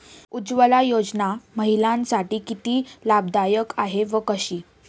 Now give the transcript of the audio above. उज्ज्वला योजना महिलांसाठी किती लाभदायी आहे व कशी?